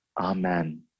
Amen